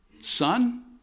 Son